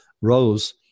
rose